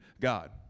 God